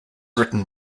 written